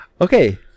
Okay